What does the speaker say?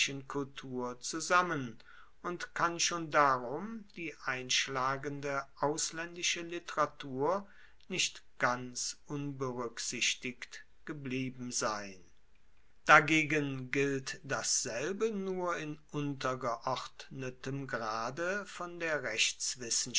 kultur zusammen und kann schon darum die einschlagende auslaendische literatur nicht ganz unberuecksichtigt geblieben sein dagegen gilt dasselbe nur in untergeordnetem grade von der